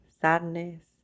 sadness